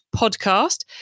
podcast